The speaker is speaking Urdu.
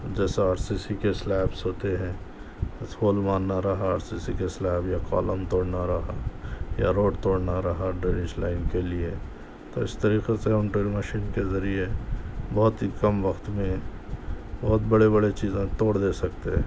جیسا آر سی سی کے سلیبس ہوتے ہیں اس کو ہول مارنا رہا آر سی سی کے سلیب یا کالم توڑنا رہا یا روڈ توڑنا رہا ڈریش لائن کے لئے تو اس طریقے سے ان ڈرل مشین کے ذریعے بہت ہی کم وقت میں بہت بڑے بڑے چیزاں توڑ دے سکتے ہیں